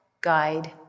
guide